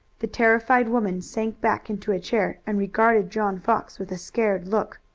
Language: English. the terrified woman sank back into a chair and regarded john fox with a scared look.